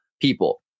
people